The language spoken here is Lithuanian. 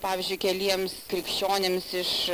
pavyzdžiui keliems krikščionims iš